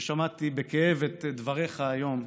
ופלמח, ששמעתי בכאב את דבריך היום,